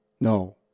No